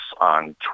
on